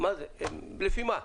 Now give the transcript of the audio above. לפי מה?